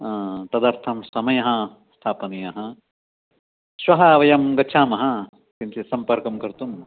तदर्थं समयः स्थापनीयः श्वः वयं गच्छामः किञ्चित् सम्पर्कं कर्तुं